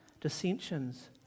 dissensions